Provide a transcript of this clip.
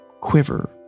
quiver